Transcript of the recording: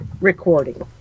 recording